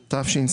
תחרותי) (תיקון),